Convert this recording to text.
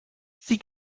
sieh